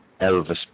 Elvis